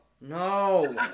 No